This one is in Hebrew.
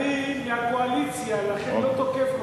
אני מהקואליציה ולכן לא תוקף אותה.